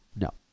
No